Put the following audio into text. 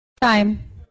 Time